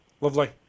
Lovely